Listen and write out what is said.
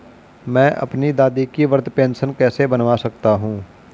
मैं अपनी दादी की वृद्ध पेंशन कैसे बनवा सकता हूँ?